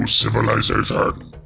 civilization